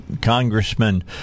Congressman